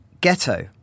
ghetto